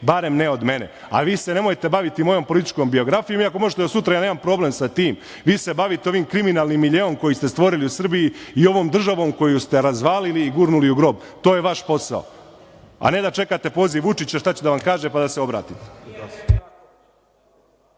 barem ne od mene. A vi se nemojte baviti mojom političkom biografijom, iako možete do sutra, ja nemam problem sa tim. Vi se bavite ovim kriminalnim miljeom koji ste stvorili u Srbiji i ovom državom koju ste razvalili i gurnuli u grob, to je vaš posao, a ne da čekate poziv Vučića šta će da vam kaže, pa da se obratite.